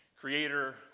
creator